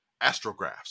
astrographs